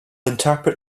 interpret